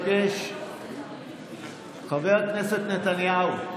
חבר הכנסת נתניהו,